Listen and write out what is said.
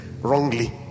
wrongly